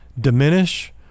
diminish